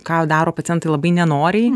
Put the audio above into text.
ką daro pacientai labai nenoriai